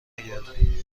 نگردم